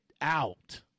out